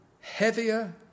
heavier